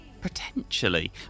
Potentially